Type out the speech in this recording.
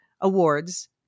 awards